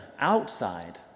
outside